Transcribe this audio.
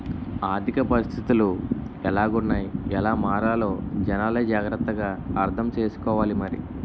ఆర్థిక పరిస్థితులు ఎలాగున్నాయ్ ఎలా మారాలో జనాలే జాగ్రత్త గా అర్థం సేసుకోవాలి మరి